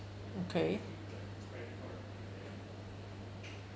okay